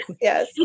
yes